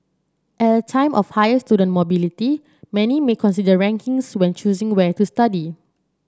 at a time of higher student mobility many may consider rankings when choosing where to study